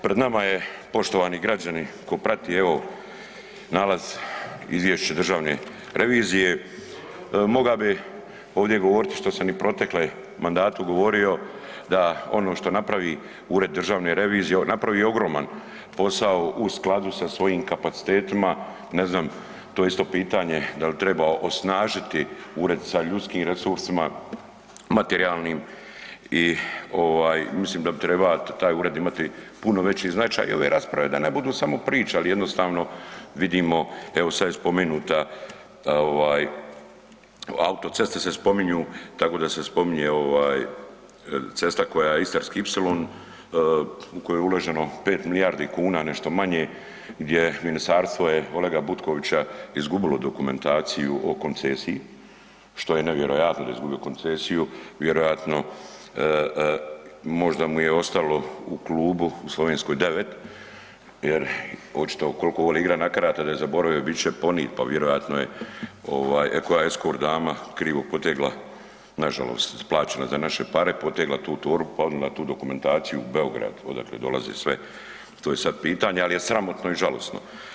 Pred nama je poštovani građani, ko prati evo nalaz izvješće Državne revizije, mogao bih ovdje govoriti što sam i u proteklom mandatu govorio, da ono što napravi Ured državne revizije, napravio ogroman posao u skladu sa svojim kapacitetima, ne znam, to je isto pitanje da li treba osnažiti ured sa ljudskim resursima, materijalnim i mislim da bi trebao taj ured imati puno veći značaj i ove rasprave da ne budu samo priča jer jednostavno vidimo, evo sad je spomenuta, autoceste se spominju tako da se spominje cesta koja je Istarski ipsilon u koju je uloženo 5 milijardi kuna, nešto manje gdje ministarstvo je Olega Butkovića izgubilo dokumentaciju o koncesiji, što je nevjerojatno, da je izgubio koncesiju, vjerojatno možda mu je ostalo u klubu, u Slovenskoj 9 jer očito koliko voli igrati na karte, da je zaboravio bit će ponijet pa vjerojatno je koja eskort dama krivo potegla nažalost plaćena za naše pare, potegla tu torbu pa odnila tu dokumentaciju u Beograd odakle dolaze sve, to je sad pitanje, al je sramotno i žalosno.